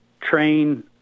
train